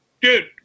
Dude